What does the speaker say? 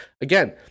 again